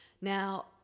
Now